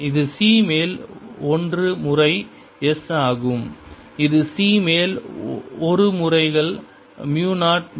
இது c மேல் 1 முறை S ஆகும் இது c மேல் 1 முறைகள் மியூ 0 மேல் 1 E கிராஸ் B ஆகும்